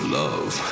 love